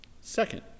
Second